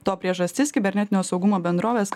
to priežastis kibernetinio saugumo bendrovės